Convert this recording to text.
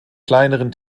kleineren